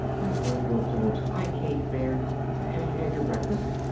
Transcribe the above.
oh, orville, don't! i can't bear have you had your breakfast?